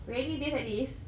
rainy days like these